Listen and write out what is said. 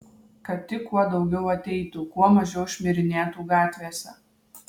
kad tik kuo daugiau ateitų kuo mažiau šmirinėtų gatvėse